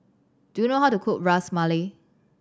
do you know how to cook Ras Malai